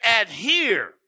adhere